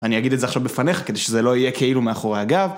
אני אגיד את זה עכשיו בפניך, כדי שזה לא יהיה כאילו מאחורי הגב.